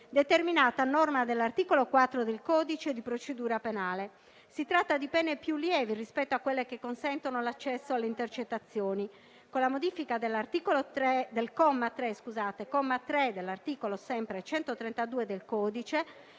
determinata a norma dell'articolo 4 del codice di procedura penale. Si tratta di pene più lievi rispetto a quelle che consentono l'accesso alle intercettazioni. Con la modifica del comma 3 del citato articolo 132 del codice,